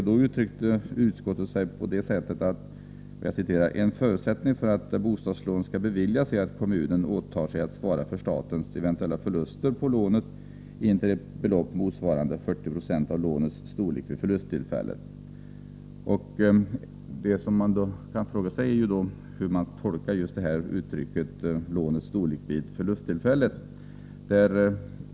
Då uttryckte sig utskottet på detta sätt: ”En förutsättning för att bostadslån skall beviljas är att kommunen åtar sig att svara för statens eventuella förluster på lånet intill ett belopp motsvarande 40 90 av lånets storlek vid förlusttillfället.” Det man kan fråga sig är just hur man tolkar uttrycket ”lånets storlek vid förlusttillfället”.